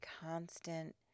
constant